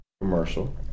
commercial